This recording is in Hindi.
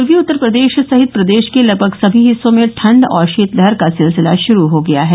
पूर्वी उत्तर प्रदेश सहित प्रदेश के लगभग सभी हिस्सों में ठण्ड और शीतलहर का सिलसिला शुरू हो गया है